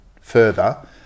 further